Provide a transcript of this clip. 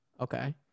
Okay